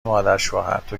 مادرشوهرتو